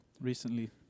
recently